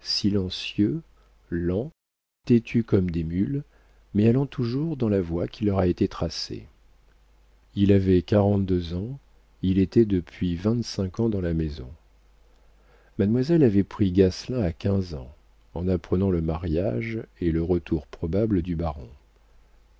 silencieux lents têtus comme des mules mais allant toujours dans la voie qui leur a été tracée il avait quarante-deux ans il était depuis vingt-cinq ans dans la maison mademoiselle avait pris gasselin à quinze ans en apprenant le mariage et le retour probable du baron